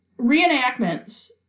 Reenactments